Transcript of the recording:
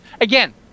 Again